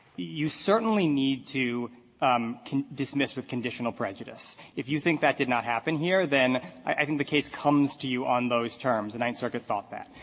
you certainly need to um dismiss with conditional prejudice. if you think that did not happen here, then i think the case comes to you on those terms. the ninth circuit thought that.